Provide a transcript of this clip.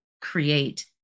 create